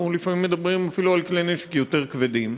אנחנו לפעמים מדברים אפילו על כלי נשק יותר כבדים.